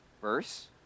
verse